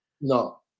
No